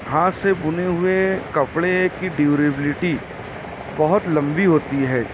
ہاتھ سے بنے ہوئے کپڑے کی ڈیوریبیلیٹی بہت لمبی ہوتی ہے